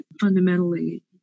fundamentally